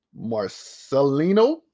Marcelino